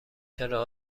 چرا